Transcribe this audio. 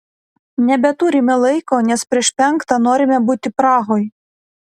nebeturime laiko nes prieš penktą norime būti prahoj